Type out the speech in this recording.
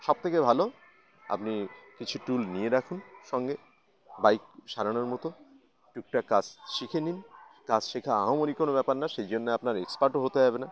সব থেকে ভালো আপনি কিছু টুল নিয়ে রাখুন সঙ্গে বাইক সারানোর মতো টুকটাক কাজ শিখে নিন কাজ শেখা আহমরিক কোনো ব্যাপার না সেই জন্য আপনার এক্সপার্টও হতে হবে না